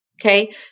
Okay